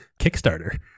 Kickstarter